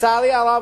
לצערי הרב,